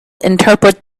interpret